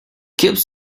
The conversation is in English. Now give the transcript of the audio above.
keeps